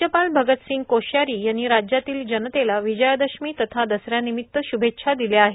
राज्यपाल भगत सिंह कोश्यारी यांनी राज्यातील जनतेला विजयादशमी तथा दसऱ्यानिमित्त श्भेच्छा दिल्या आहेत